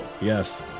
Yes